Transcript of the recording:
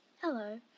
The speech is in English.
Hello